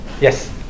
Yes